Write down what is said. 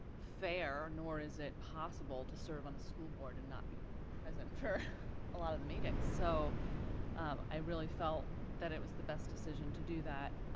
fair nor is it possible to serve on a school board and not present sure a lot of the meetings so i really felt that it was the best decision to do that